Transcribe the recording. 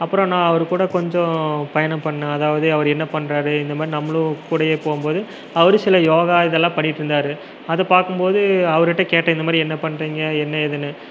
அப்புறம் நான் அவர் கூட கொஞ்சம் பயணம் பண்ணேன் அதாவது அவர் என்ன பண்றார் இந்த மாதிரி நம்மளும் கூடவே போகும்போது அவர் சில யோகா இதெல்லாம் பண்ணிட்டு இருந்தார் அது பார்க்கும்போது அவருகிட்ட கேட்டேன் இந்த மாதிரி என்ன பண்ணுறீங்க என்ன ஏதுன்னு